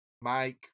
Mike